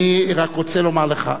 אני רק רוצה לומר לך: